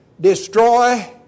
destroy